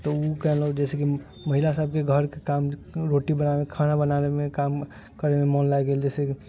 तऽ ओ कयलक जैसेकि महिला सबके घरके काम रोटी बनेनाइ खाना बनेबामे काम करैमे मन लागि गेल जैसे कि